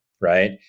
right